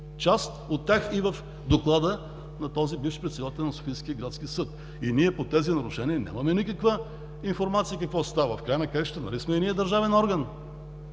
част от тях, и в доклада на този бивш председател на Софийски градски съд, и ние по тези нарушения нямаме никаква информация какво става? В края на краищата нали сме и ние държавен орган?